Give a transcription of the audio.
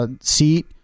seat